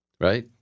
right